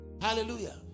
hallelujah